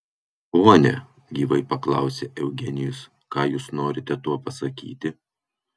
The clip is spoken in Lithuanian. pone gyvai paklausė eugenijus ką jūs norite tuo pasakyti